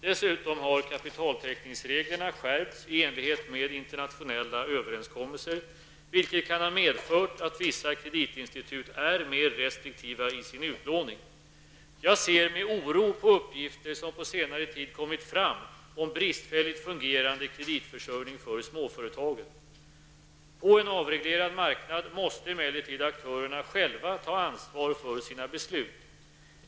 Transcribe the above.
Dessutom har kapitaltäckningsreglerna skärpts i enlighet med internationella överenskommelser, vilket kan ha medfört att vissa kreditinstitut är mer restriktiva i sin utlåning. Jag ser med oro på uppgifter som på senare tid kommit fram om bristfälligt fungerande kreditförsörjning för småföretagen. På en avreglerad marknad måste emellertid aktörerna själva ta ansvar för sina beslut.